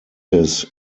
his